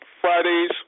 Fridays